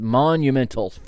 monumental